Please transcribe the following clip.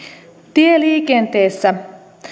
tieliikenteessä